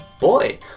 boy